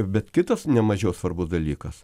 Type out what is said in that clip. bet kitas nemažiau svarbus dalykas